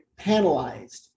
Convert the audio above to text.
panelized